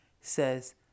says